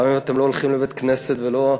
גם אם אתם לא הולכים לבית-כנסת ולא,